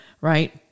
right